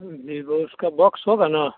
Vivo उसका box होगा ना